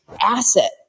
asset